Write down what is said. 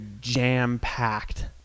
jam-packed